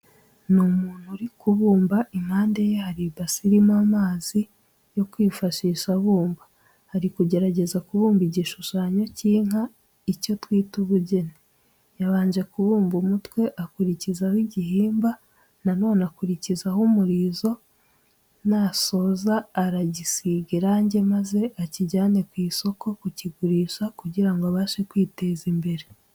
Ni umuntu uri kubumba, impande ye hari ibase irimo amazi yo kwifashisha abumba, ari kugerageza kubumba igishushanyo cy'inka, icyo twita ubugeni. Yabanje kubumba umutwe akurikizaho igihimba, na none akurikizaho umurizo, nasoza aragisiga irange maze akijyane ku isoko kukigurisha kugira ngo abashe kwiteza imbere.